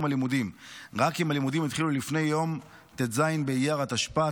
הלימודים רק אם הלימודים התחילו לפני יום ט"ז באייר התשפ"ט,